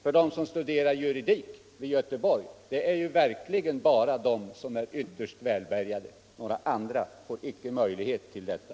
För de som studerar juridik i Göteborg är verkligen bara de som är ytterst välbärgade, några andra får icke möjlighet till detta.